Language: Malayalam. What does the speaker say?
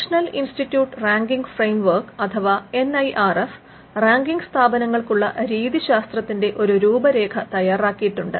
നാഷണൽ ഇൻസ്റ്റിറ്റ്യൂട്ട് റാങ്കിംഗ് ഫ്രെയിംവർക്ക് അഥവാ N I R F ranking സ്ഥാപനങ്ങൾക്കുള്ള രീതിശാസ്ത്രത്തിന്റെ ഒരു രൂപരേഖ തയ്യാറാക്കിയിട്ടുണ്ട്